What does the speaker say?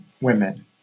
women